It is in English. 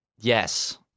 Yes